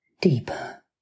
deeper